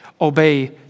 obey